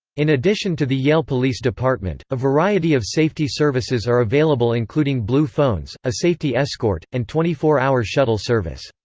in addition to the yale police department, a variety of safety services are available including blue phones, a safety escort, and twenty four hour shuttle service.